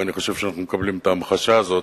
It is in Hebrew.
ואני חושב שאנחנו מקבלים את ההמחשה הזאת.